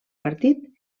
partit